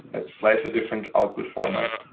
ah slightly different output format,